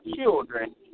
children